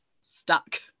stuck